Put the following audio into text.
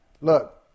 Look